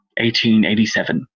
1887